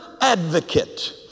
advocate